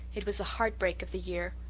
it was the heart-break of the year.